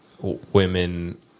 women